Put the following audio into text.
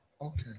Okay